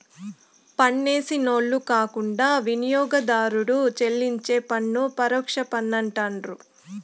పన్నేసినోళ్లు కాకుండా వినియోగదారుడు చెల్లించే పన్ను పరోక్ష పన్నంటండారు